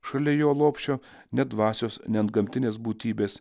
šalia jo lopšio ne dvasios ne antgamtinės būtybės